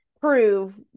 prove